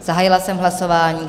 Zahájila jsem hlasování.